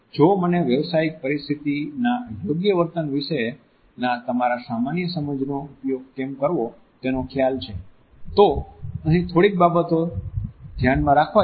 જો મને વ્યવસાયિક પરિસ્થિતિના યોગ્ય વર્તન વિશેના તમારા સામાન્ય સમજનો ઉપયોગ કેમ કરવો તેનો ખ્યાલ છે તો અહીં થોડીક બાબતો ધ્યાનમાં રાખવા જેવી છે